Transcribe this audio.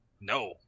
No